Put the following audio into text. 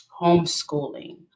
homeschooling